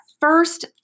first